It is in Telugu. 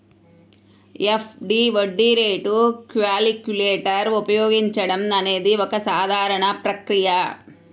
ఎఫ్.డి వడ్డీ రేటు క్యాలిక్యులేటర్ ఉపయోగించడం అనేది ఒక సాధారణ ప్రక్రియ